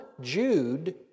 Jude